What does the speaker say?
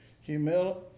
Humility